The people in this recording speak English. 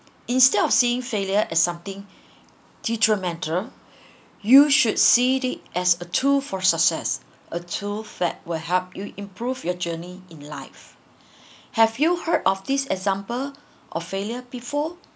instead of seeing failure as something detrimental you should see it as a tool for success a tool that will help you improve your journey in life have you heard of this example of failure before